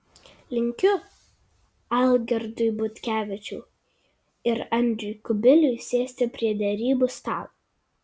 linkiu algirdui butkevičiui ir andriui kubiliui sėsti prie derybų stalo